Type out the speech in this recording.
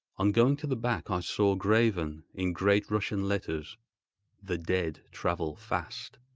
on going to the back i saw, graven in great russian letters the dead travel fast